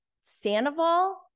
Sandoval